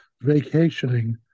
vacationing